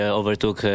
overtook